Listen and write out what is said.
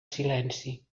silenci